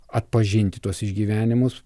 atpažinti tuos išgyvenimus